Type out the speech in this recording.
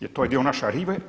Jer to je dio naše arhive.